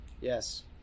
yes